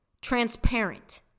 transparent